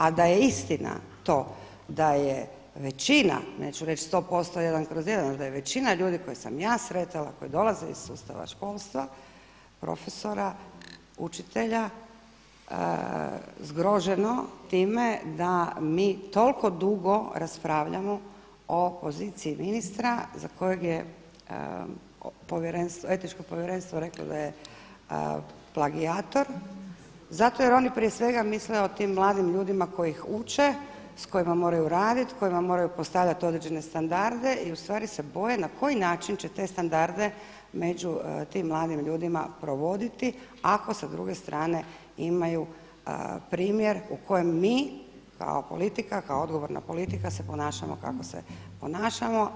A da je istina to da je većina, neću reći 100% jedan kroz jedan, da je većina ljudi koje sam ja sretala koji dolaze iz sustava školstva profesora, učitelja zgroženo time da mi toliko dugo raspravljamo o poziciji ministra za kojeg je Etičko povjerenstvo da je plagijator zato jer oni prije svega misle o tim mladim ljudima koji ih uče s kojima moraju raditi, kojima moraju postavljati određene standarde i ustvari se boje na koji način će te standarde među tim mladim ljudima provoditi ako sa druge strane imaju primjer u kojem mi kao politika, kao odgovorna politika se ponašamo kako se ponašamo.